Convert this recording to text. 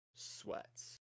Sweats